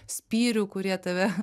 spyrių kurie tave